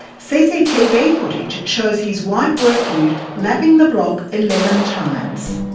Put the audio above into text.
cctv footage shows his white work ute lapping the block eleven times.